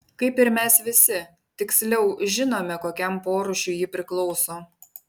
kaip ir mes visi tiksliau žinome kokiam porūšiui ji priklauso